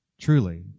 truly